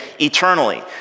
eternally